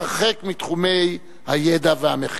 הרחק מתחומי הידע והמחקר.